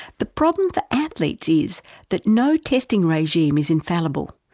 the problem for athletes is that no testing regime is infallible.